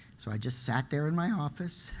so i just sat there in my office,